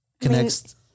Connects